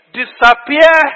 disappear